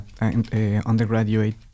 undergraduate